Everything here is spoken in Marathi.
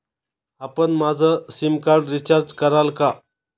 आपण माझं सिमकार्ड रिचार्ज कराल का?